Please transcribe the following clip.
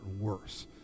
worse